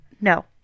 No